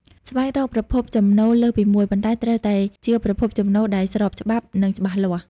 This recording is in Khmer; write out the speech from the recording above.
ស្វែងរកប្រភពចំណូលលើសពីមួយ ប៉ុន្តែត្រូវតែជាប្រភពចំណូលដែលស្របច្បាប់ និងច្បាស់លាស់។